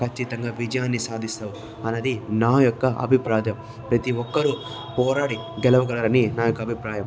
ఖచ్చితంగా విజయాన్ని సాధిస్తావు అన్నది నా యొక్క అభిప్రాయం ప్రతి ఒక్కరూ పోరాడి గెలవగలరని నా యొక్క అభిప్రాయం